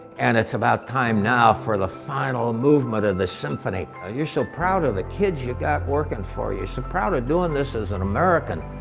and it's about time now for the final movement of the symphony. ah you're so proud of the kids you got working for you. so proud of doing this as an american,